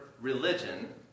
religion